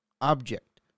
object